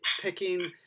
picking